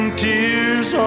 tears